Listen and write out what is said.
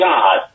God